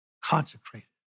consecrated